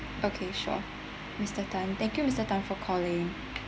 okay sure mister tan thank you mister tan for calling